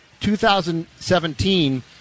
2017